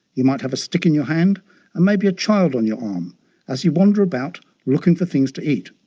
you might have a stick in your hand and maybe a child on your arm as you wander about looking for things to eat.